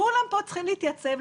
כולם פה צריכים להתייצב,